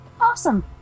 Awesome